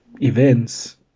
events